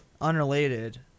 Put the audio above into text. Unrelated